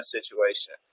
Situation